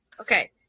Okay